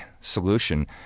solution